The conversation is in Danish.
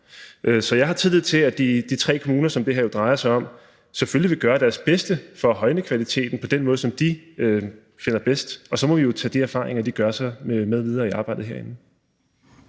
Så jeg har tillid til, at de tre kommuner, som det her jo drejer sig om, selvfølgelig vil gøre deres bedste for at højne kvaliteten på den måde, som de finder bedst, og så må vi jo tage de erfaringer, de gør sig, med videre i arbejdet herinde.